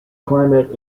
climate